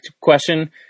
question